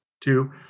two